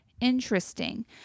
Interesting